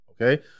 okay